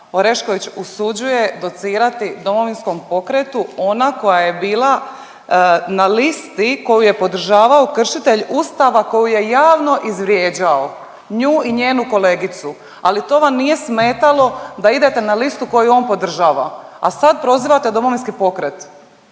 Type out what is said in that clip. Orešković usuđuje docirati Domovinskom pokretu, ona koja je bila na listi koju je podržavao kršitelj Ustava koji ju je javno izvrijeđao, nju i njenu kolegicu. Ali to vam nije smetalo da idete na listu koju on podržava, a sad prozivate Domovinski pokret,